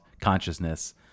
consciousness